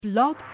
blog